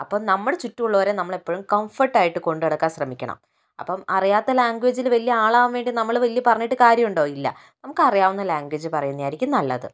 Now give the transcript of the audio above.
അപ്പം നമ്മുടെ ചുറ്റും ഉള്ളവരെ നമ്മൾ എപ്പോഴും കംഫർട്ട് ആയിട്ട് കൊണ്ട് നടക്കാൻ ശ്രമിക്കണം അപ്പം അറിയാത്ത ലാങ്ഗുവേജിൽ വലിയ ആളാവാൻ വേണ്ടീട്ട് നമ്മൾ വലിയ പറഞ്ഞിട്ട് കാര്യമുണ്ടോ ഇല്ല നമുക്ക് അറിയാവുന്ന ലാങ്ഗുവേജ് പറയുന്നെയായിരിക്കും നല്ലത്